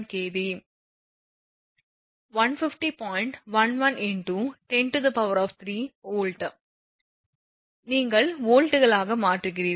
11 × 103 V நீங்கள் வோல்ட்டுகளாக மாற்றுகிறீர்கள்